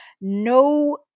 no